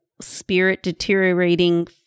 spirit-deteriorating